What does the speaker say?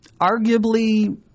Arguably